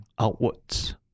outwards